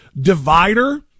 divider